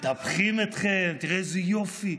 מטפחים אתכם: תראה איזה יופי,